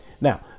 now